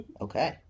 Okay